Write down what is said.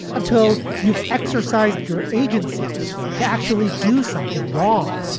until you've exercised your agency to actually do something wrong